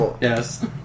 Yes